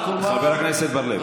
אל תפריע לו יותר.